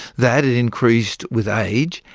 that it increased with age,